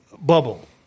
bubble